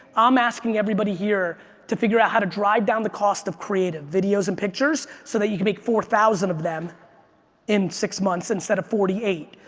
um asking everybody here to figure out how to drive down the cost of creative, videos and pictures, so that you can make four thousand of them in six months instead of forty eight.